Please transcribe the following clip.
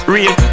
Real